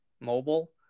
mobile